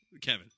Kevin